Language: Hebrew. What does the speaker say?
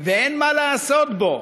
ואין מה לעשות בו: